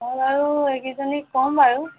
মই বাৰু এইকেইজনীক ক'ম বাৰু